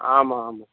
ஆமாம் ஆமாம்